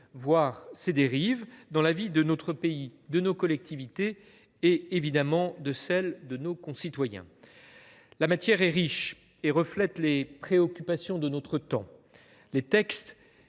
voire ses dérives, dans la vie de notre pays, de nos collectivités et, bien évidemment, dans celle de nos concitoyens. La matière est riche et reflète les préoccupations de notre temps. Les textes